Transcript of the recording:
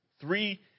Three